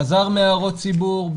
חזר מהערות ציבור.